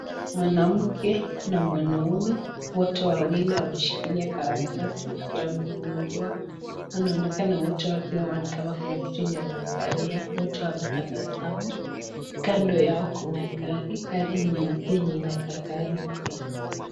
Mwanamke na mwanaume wote wawili wameshikilia karatasi, wamefungua, wanaonekana wote wakiwa ni kama kuna kitu yenye wanaangalia, wote wanatabasamu. Kando yao kuna gari, gari nyeupe yenye inakaa gari mpya.